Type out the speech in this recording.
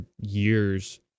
years